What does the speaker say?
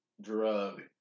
drug